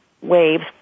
Waves